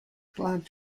glad